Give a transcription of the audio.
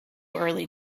early